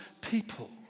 people